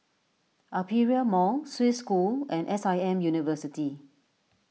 Aperia Mall Swiss School and S I M University